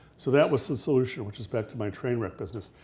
so that was the solution, which is back to my train wreck business.